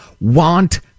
want